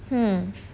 hmm